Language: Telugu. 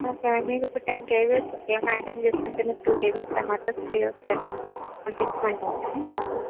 ఓకే మీరు ఇప్పుడు టెన్ కేజీస్ ఏమన్న ఐటెం చేసుకుంటే మీకు టూ కేజెస్ టమాటాస్ ఫ్రీ వస్తాయి మ్యామ్ పంపించమంటారా ఇప్పుడు